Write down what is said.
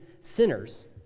sinners